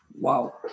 Wow